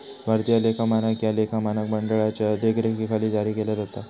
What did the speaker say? भारतीय लेखा मानक ह्या लेखा मानक मंडळाच्यो देखरेखीखाली जारी केला जाता